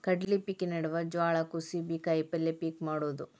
ಕಡ್ಲಿ ಪಿಕಿನ ನಡುವ ಜ್ವಾಳಾ, ಕುಸಿಬಿ, ಕಾಯಪಲ್ಯ ಪಿಕ್ ಮಾಡುದ